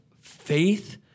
faith